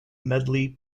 medley